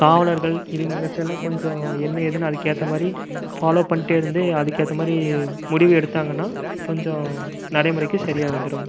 காவலர்கள் இவங்ககிட்டலாம் கொஞ்சம் என்ன ஏதுன்னு அதுக்கேற்ற மாதிரி ஃபாலோ பண்ணிகிட்டே இருந்து அதுக்கேற்றி மாதிரி முடிவு எடுத்தாங்கன்னால் கொஞ்சம் நடைமுறைக்கு சரியாக வந்துவிடும்